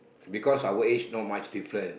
because our age not much difference